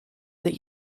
that